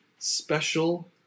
Special